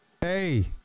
Hey